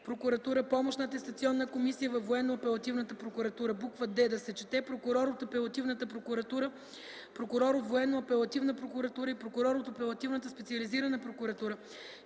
прокуратура – помощна атестационна комисия във военно-апелативната прокуратура; д) прокурор от апелативна прокуратура, прокурор от военно-апелативна прокуратура и прокурор от апелативната специализирана прокуратура,